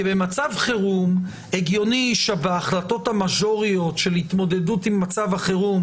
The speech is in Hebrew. כי במצב חירום הגיוני שבהחלטות המז'וריות של התמודדות עם מצב החירום,